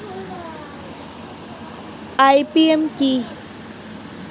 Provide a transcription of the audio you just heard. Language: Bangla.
আই.পি.এম কি?